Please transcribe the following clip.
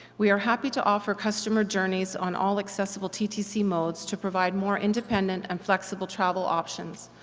we are happy to offer customer journeys on all accessible ttc modes, to provide more independent and flexible travel options,